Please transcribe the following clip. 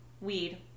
weed